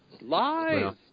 Lies